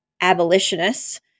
abolitionists